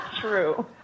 true